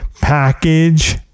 package